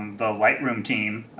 the lightroom team,